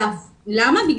הוקמה